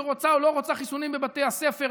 שרוצה או לא רוצה חיסונים בבתי הספר,